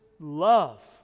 love